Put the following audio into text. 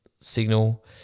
signal